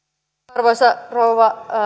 arvoisa rouva